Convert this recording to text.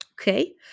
Okay